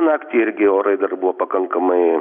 naktį irgi orai dar buvo pakankamai